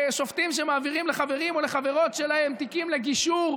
שופטים שמעבירים לחברים או לחברות שלהם תיקים לגישור.